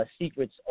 secrets